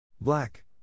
Black